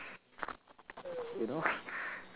you know